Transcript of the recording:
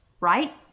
right